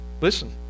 Listen